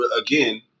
again